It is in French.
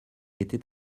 était